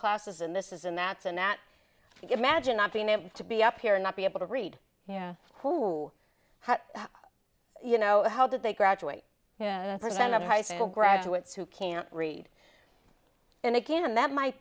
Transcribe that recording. classes and this is and that's and that you get imagine not being able to be up here and not be able to read yeah who you know how did they graduate present of high school graduates who can't read and again that might